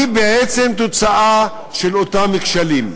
היא בעצם תוצאה של אותם כשלים.